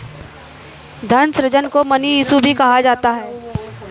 धन सृजन को मनी इश्यू भी कहा जाता है